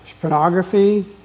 Pornography